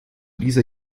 dieser